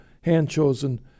hand-chosen